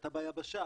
כשאתה ביבשה